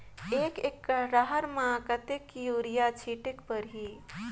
एक एकड रहर म कतेक युरिया छीटेक परही?